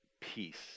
peace